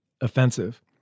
offensive